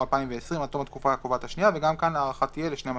2021) עד תום התקופה הקובעת השנייה 12 חודשים